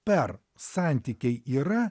per santykiai yra